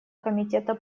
комитета